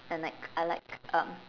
and like I like um